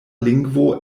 lingvo